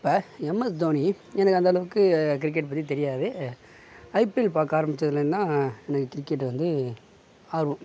இப்போ எம்எஸ் தோனி எனக்கு அந்த அளவுக்கு கிரிக்கெட் பற்றி தெரியாது ஐபிஎல் பார்க்க ஆரம்பிச்சதுலேந்து தான் எனக்கு கிரிக்கெட்டு வந்து ஆர்வம்